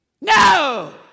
No